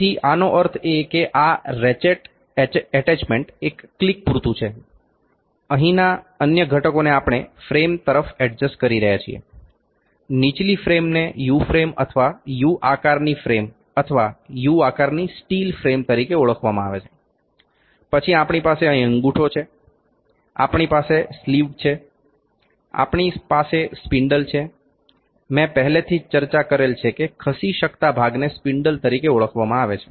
તેથી આનો અર્થ એ કે આ રેચેટ એટેચમેન્ટ એક ક્લિક પૂરતુ છે અહીંના અન્ય ઘટકોને આપણે ફ્રેમ તરફ ઍડજસ્ટ કરી રહ્યા છીએ નીચલી ફ્રેમને યુ ફ્રેમ અથવા યુ આકારની ફ્રેમ અથવા યુ આકારની સ્ટીલ ફ્રેમ તરીકે ઓળખવામાં આવે છે પછી આપણી પાસે અહીં અંગૂઠો છે આપણી પાસે સ્લીવ્ડ છે આપણી પાસે સ્પિન્ડલ છે મેં પહેલેથી જ ચર્ચા કરેલ છે કે ખસી શકતા ભાગને સ્પિન્ડલ તરીકે ઓળખવામાં આવે છે